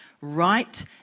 right